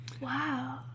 Wow